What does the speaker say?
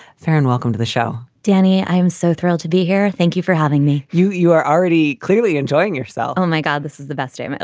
faren, welcome to the show danny, i'm so thrilled to be here. thank you for having me you you are already clearly enjoying yourself. oh, my god, this is the best day.